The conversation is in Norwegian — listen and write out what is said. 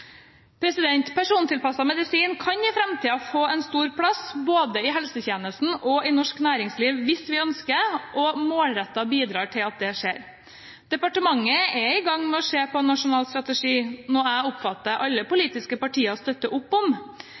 medisin kan i framtiden få en stor plass både i helsetjenesten og i norsk næringsliv hvis vi ønsker det, og målrettet bidra til at det skjer. Departementet er i gang med å se på en nasjonal strategi, noe jeg oppfatter alle politiske partier støtter opp om.